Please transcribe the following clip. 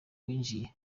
winjiye